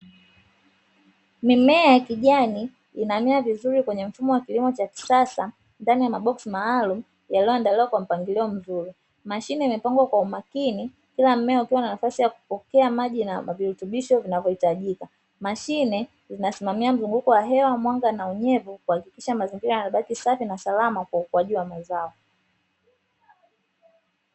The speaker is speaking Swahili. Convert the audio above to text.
Mimea ya kijani inang'aa vizuri kwenye mfumo wa kilimo cha kisasa. Ndani ya boksi maalumu yaliyoandaliwa Kwa mpangilio mzuri, mashine imepangwa kwa umakini kila mmea ukiwa na nafasi ya kupokea maji na virutubisho vinavyohitajika. Mashine zinasimamia mzunguko wa hewa, mwanga na unyevu kuhakikisha mazingira yanabaki safi na salama Kwa ukuwaji wa mazao.